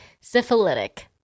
syphilitic